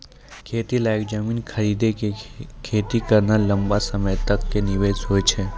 खेती लायक जमीन खरीदी कॅ खेती करना लंबा समय तक कॅ निवेश होय छै